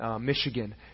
Michigan